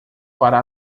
para